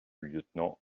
lieutenant